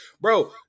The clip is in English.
bro